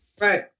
right